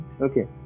okay